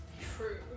True